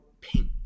pink